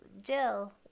Jill